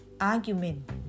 argument